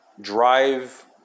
Drive